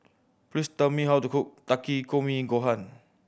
please tell me how to cook Takikomi Gohan